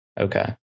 Okay